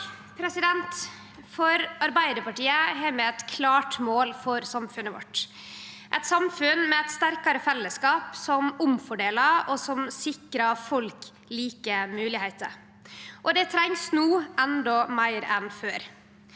Arbeidarpar- tiet har eit klart mål for samfunnet vårt – eit samfunn med eit sterkare fellesskap som omfordeler og sikrar folk like moglegheiter. Det trengst no, endå meir enn før.